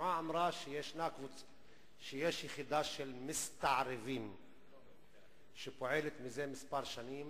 השמועה אמרה שישנה יחידה של מסתערבים שפועלת זה כמה שנים